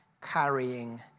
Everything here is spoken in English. carrying